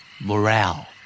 Morale